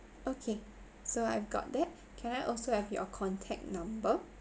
okay so I've got that can I also have your contact number